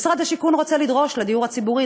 משרד השיכון רוצה לדרוש לדיור הציבורי,